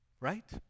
right